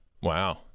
Wow